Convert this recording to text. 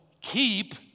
keep